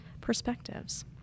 perspectives